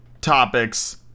topics